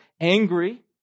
angry